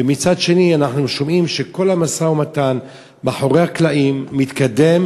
ומצד שני אנחנו שומעים שכל המשא-ומתן מאחורי הקלעים מתקדם